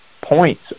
points